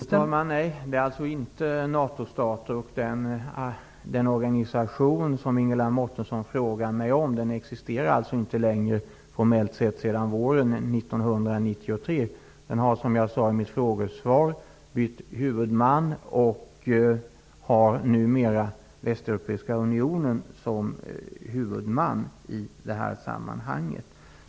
Herr talman! Nej, det är inte NATO-stater. Den organisation som Ingela Mårtensson frågar mig om existerar inte formellt sedan våren 1993. Den har, som jag sade i mitt frågesvar, bytt huvudman och har numera Västeuropeiska unionen som huvudman i det här sammanhanget.